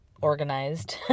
organized